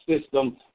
system